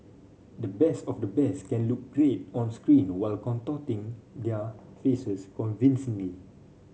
the best of the best can look great on screen while contorting their faces convincingly